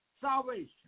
salvation